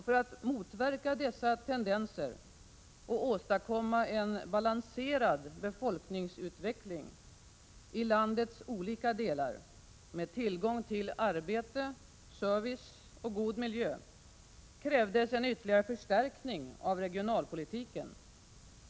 För att motverka dessa tendenser och åstadkomma en balanserad befolkningsutveckling i landets olika delar med tillgång till arbete, service och god miljö, krävdes en ytterligare förstärkning av regionalpolitiken.